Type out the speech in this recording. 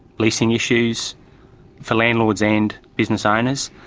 leasing issues for landlords and business owners,